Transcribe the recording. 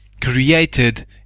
created